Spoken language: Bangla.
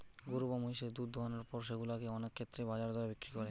গরু বা মহিষের দুধ দোহানোর পর সেগুলা কে অনেক ক্ষেত্রেই বাজার দরে বিক্রি করে